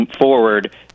forward